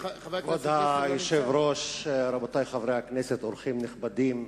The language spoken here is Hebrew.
כבוד היושב-ראש, רבותי חברי הכנסת, אורחים נכבדים,